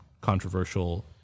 controversial